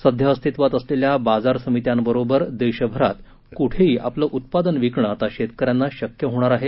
सध्या अस्तित्वात असलेल्या बाजार समित्यांबरोबर देशभरात कुठेही आपलं उत्पादन विकणं आता शेतकर्यांना शक्य होणार आहे